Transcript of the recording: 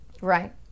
Right